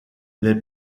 les